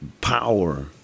power